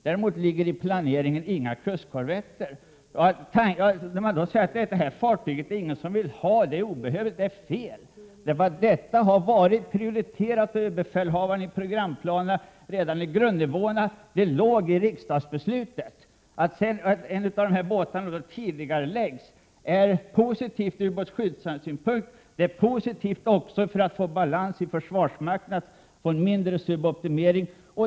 Att säga att ingen vill ha detta fartyg är fel. Minjaktfartyg prioriterades av överbefälhavaren i programplanerna redan på grundnivån. På samma sätt var det i riksdagsbeslutet. Att anskaffning av en av båtarna nu tidigareläggs är positivt ur ubåtsskyddssynpunkt. Det är positivt också när det gäller att nå balans inom försvarsmakten och få en mindre suboptimering.